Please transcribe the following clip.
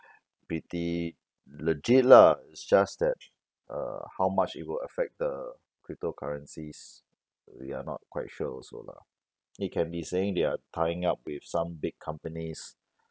pretty legit lah it's just that uh how much it will affect the cryptocurrencies we are not quite sure also lah it can be saying they are tying up with some big companies